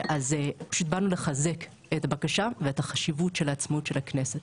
אז פשוט באנו לחזק את הבקשה ואת החשיבות של עצמאות הכנסת.